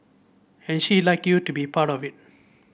and she'd like you to be a part of it